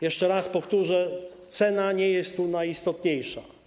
Jeszcze raz powtórzę: cena nie jest najistotniejsza.